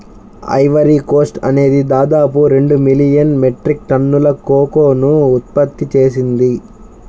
Ivory Coast అనేది దాదాపు రెండు మిలియన్ మెట్రిక్ టన్నుల కోకోను ఉత్పత్తి చేసింది